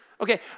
Okay